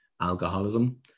alcoholism